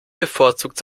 bevorzugt